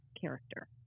Character